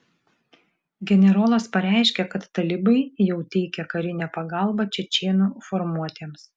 generolas pareiškė kad talibai jau teikia karinę pagalbą čečėnų formuotėms